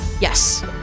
Yes